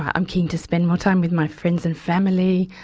i'm keen to spend more time with my friends and family.